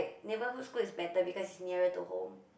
neighborhood school is better because it's nearer to home